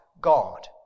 God